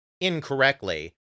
incorrectly